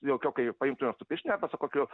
jaukiau kai paimtumėm su pirštine arba su kokiu